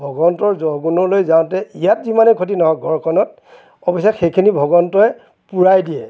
ভগৱন্তৰ জহ গুণলৈ যাওঁতে ইয়াত যিমানে খতি নহওক ঘৰখনত অৱশ্যে সেইখিনি ভগৱন্তই পূৰাই দিয়ে